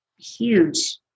huge